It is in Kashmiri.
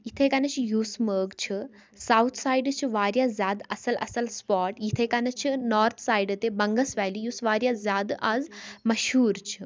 یِتھَے کٔنَۍ چھِ یوٗس مٲرگ چھِ ساوُتھ سایڈٕ چھِ واریاہ زیادٕ اَصٕل اَصٕل سُپاٹ یِتھَے کٔنَۍ چھِ نارٕتھ سایڈٕ تہِ بَنٛگَس ویلی یُس واریاہ زیادٕ اَز مشہوٗر چھُ